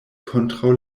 kontraŭ